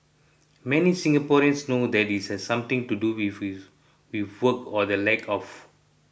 many Singaporeans know that it has something to do with work or the lack of